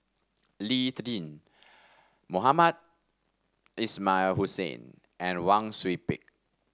Lee Tjin Mohamed Ismail Hussain and Wang Sui Pick